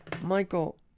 Michael